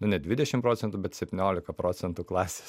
nu ne dvidešim procentų bet septyniolika procentų klasės